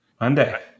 Monday